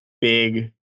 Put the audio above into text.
big